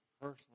personal